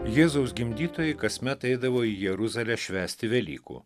jėzaus gimdytojai kasmet eidavo į jeruzalę švęsti velykų